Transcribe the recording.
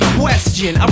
question